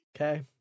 Okay